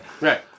right